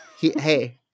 Hey